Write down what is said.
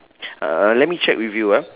uh let me check with you ah